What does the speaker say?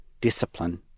discipline